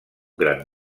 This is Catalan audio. gran